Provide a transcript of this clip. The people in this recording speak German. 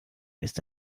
ist